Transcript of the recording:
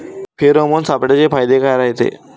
Pheromone सापळ्याचे फायदे काय रायते?